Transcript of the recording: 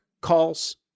calls